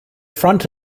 front